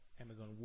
Amazon